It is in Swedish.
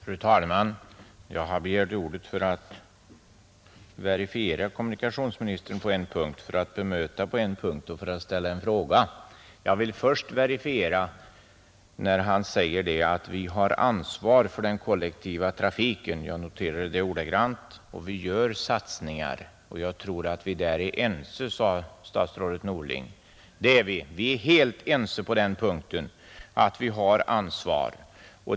Fru talman! Jag har begärt ordet för att verifiera kommunikationsministern på en punkt, för att bemöta honom på en punkt och för att ställa en fråga. Jag vill först verifiera vad statsrådet säger om att vi har ansvaret för den kollektiva trafiken. Jag noterade det ordagrant. ”Vi gör satsningar och jag tror att vi där är ense”, sade statsrådet Norling. Det är vi. Vi är på den punkten helt ense om att vi har ett ansvar.